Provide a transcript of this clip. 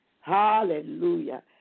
Hallelujah